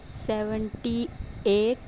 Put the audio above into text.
seventy at